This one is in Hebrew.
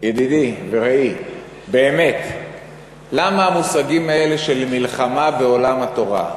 ידידי ורעי: באמת למה המושגים האלה של מלחמה בעולם התורה?